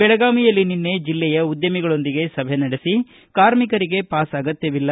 ಬೆಳಗಾವಿಯಲ್ಲಿ ನಿನ್ನೆ ಜೆಲ್ಲೆಯ ಉದ್ಯಮಿಗಳೊಂದಿಗೆ ಸಭೆ ನಡೆಸಿ ಕಾರ್ಕಿಕರಿಗೆ ಪಾಸ್ ಅಗತ್ತವಿಲ್ಲ